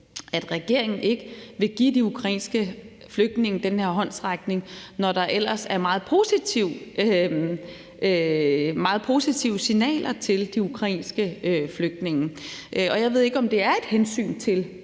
regeringen ikke vil give de ukrainske flygtninge den her håndsrækning, når der ellers er meget positive signaler til de ukrainske flygtninge. Jeg ved ikke, om det er et hensyn til